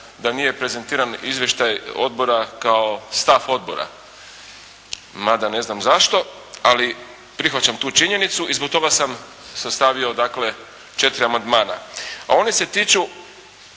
da nije prezentiran izvještaj odbora kao stav odbora, mada ne znam zašto. Ali prihvaćam tu činjenicu i zbog toga sam sastavio dakle 4 amandmana, a oni se tiču